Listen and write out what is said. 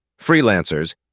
Freelancers